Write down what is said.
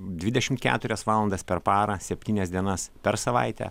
dvidešimt keturias valandas per parą septynias dienas per savaitę